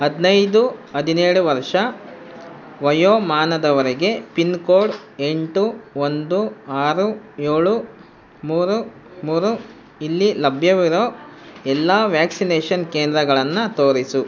ಹದಿನೈದು ಹದಿನೇಳು ವರ್ಷ ವಯೋಮಾನದವರಿಗೆ ಪಿನ್ಕೋಡ್ ಎಂಟು ಒಂದು ಆರು ಏಳು ಮೂರು ಮೂರು ಇಲ್ಲಿ ಲಭ್ಯವಿರೋ ಎಲ್ಲ ವ್ಯಾಕ್ಸಿನೇಷನ್ ಕೇಂದ್ರಗಳನ್ನು ತೋರಿಸು